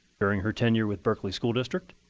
during her tenure with berkeley school district,